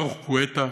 ברוך גואטה,